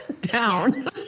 down